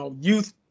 youth